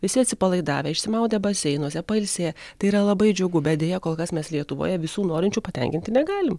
visi atsipalaidavę išsimaudę baseinuose pailsėję tai yra labai džiugu bet deja kol kas mes lietuvoje visų norinčių patenkinti negalim